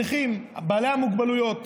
הנכים, בעלי המוגבלויות.